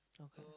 okay